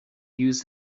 use